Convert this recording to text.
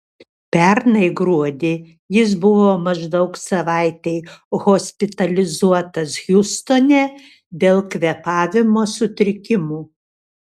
pernai gruodį jis buvo maždaug savaitei hospitalizuotas hjustone dėl kvėpavimo sutrikimų